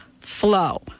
flow